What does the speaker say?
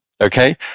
Okay